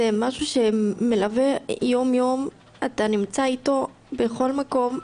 זה משהו שמלווה יום יום, אתה נמצא איתו בכל מקום,